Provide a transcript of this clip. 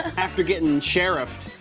after gettin' sherrif'd,